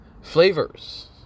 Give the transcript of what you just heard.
Flavors